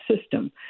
system